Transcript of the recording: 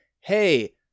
Hey